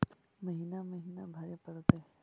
महिना महिना भरे परतैय?